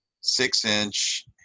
six-inch